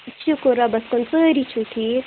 شکُر رۄبَس کُن سٲری چھِو ٹھیٖک